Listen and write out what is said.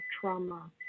trauma